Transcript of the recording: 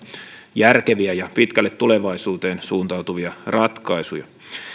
järkeviä ja pitkälle tulevaisuuteen suuntautuvia ratkaisuja